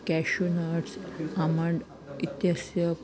cashew nuts almond इत्यस्य